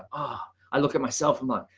ah, i look at myself and like,